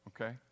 okay